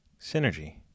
Synergy